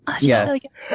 Yes